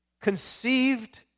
conceived